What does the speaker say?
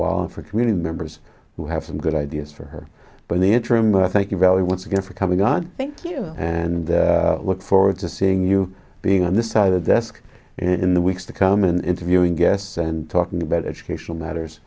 while for community members who have some good ideas for her but the interim thank you valley once again for coming on thank you and look forward to seeing you being on the side of the desk in the weeks to come in interviewing guests and talking about educational matters